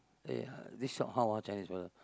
eh this shop how ah Chinese fella